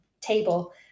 table